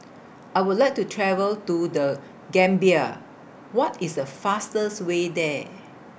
I Would like to travel to The Gambia What IS The fastest Way There